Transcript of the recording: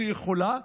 כשהיא יכולה,